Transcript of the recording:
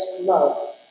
love